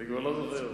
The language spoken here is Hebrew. אני כבר לא זוכר.